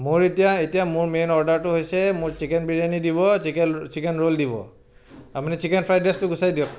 মোৰ এতিয়া এতিয়া মোৰ মেইন অৰ্ডাৰটো হৈছে মোৰ চিকেন বিৰিয়ানী দিব চিকেন চিকেন ৰোল দিব আপুনি চিকেন ফ্ৰাইড ৰাইচটো গুচাই দিয়ক